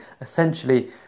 essentially